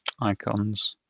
icons